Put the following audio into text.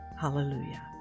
Hallelujah